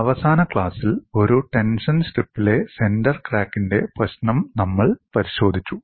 അവസാന ക്ലാസ്സിൽ ഒരു ടെൻഷൻ സ്ട്രിപ്പിലെ സെന്റർ ക്രാക്കിന്റെ പ്രശ്നം നമ്മൾ പരിശോധിച്ചു